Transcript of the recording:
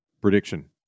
Prediction